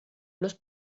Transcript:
los